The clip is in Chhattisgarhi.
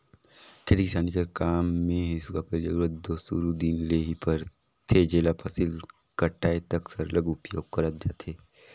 खेती किसानी कर काम मे हेसुवा कर जरूरत दो सुरू दिन ले ही परथे जेला फसिल कटाए तक सरलग उपियोग करल जाथे